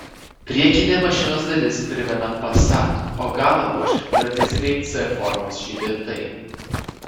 priekinė mašinos dalis primena passat o galą puošia tradiciniai c formos žibintai